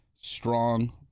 strong